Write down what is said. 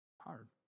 Hard